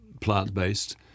plant-based